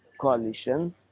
coalition